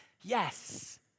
yes